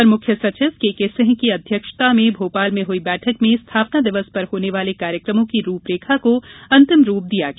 अपर मुख्य सचिव केके सिंह की अध्यक्षता में भोपाल में हुई बैठक में स्थापना दिवस पर होने वाले कार्यक्रमों की रूपरेखा को अंतिम रूप दिया गया